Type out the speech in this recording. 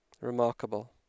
Remarkable